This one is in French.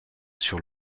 sur